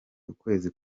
ukwezi